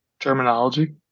terminology